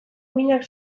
uhinak